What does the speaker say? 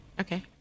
Okay